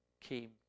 came